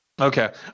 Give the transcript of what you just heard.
Okay